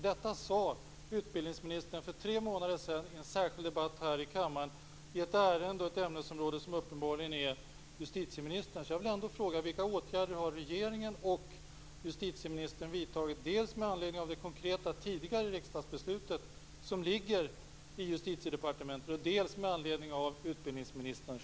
Detta sade utbildningsministern för tre månader sedan i en särskild debatt här i kammaren om ett ärende och ett ämnesområde som uppenbarligen är justitieministerns.